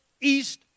east